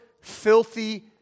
filthy